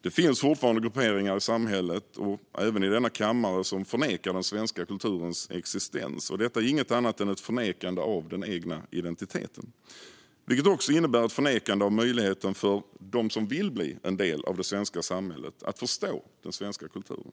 Det finns fortfarande grupperingar i samhället, och även i denna kammare, som förnekar den svenska kulturens existens. Detta är inget annat än ett förnekande av den egna identiteten, vilket också innebär ett förnekande av möjligheten för dem som vill bli en del av det svenska samhället att förstå den svenska kulturen.